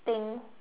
thing